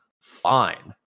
fine